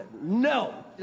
No